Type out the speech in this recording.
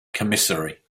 commissary